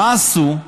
מה עשו?